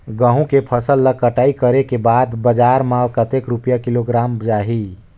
गंहू के फसल ला कटाई करे के बाद बजार मा कतेक रुपिया किलोग्राम जाही?